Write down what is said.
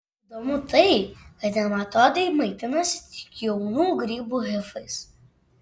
įdomu tai kad nematodai maitinasi tik jaunų grybų hifais